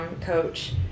coach